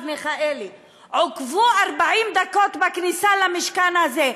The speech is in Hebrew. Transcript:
מיכאלי עוכבו 40 דקות בכניסה למשכן הזה,